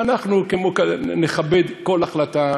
ואנחנו נכבד כל החלטה,